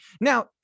now